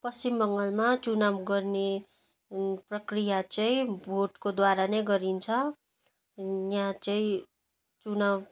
पश्चिम बङ्गालमा चुनाउ गर्ने प्रक्रिया चाहिँ भोटको द्वारा नै गरिन्छ यहाँ चाहिँ चुनाउ